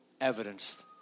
evidence